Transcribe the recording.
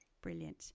Brilliant